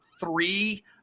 three